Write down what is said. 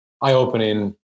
eye-opening